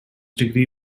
degree